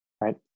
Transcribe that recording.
right